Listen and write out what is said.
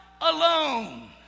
alone